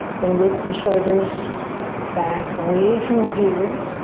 then loop the shoulders back away from the ears.